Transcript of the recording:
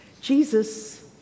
Jesus